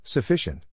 Sufficient